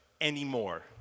anymore